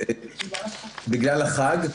בגלל החג.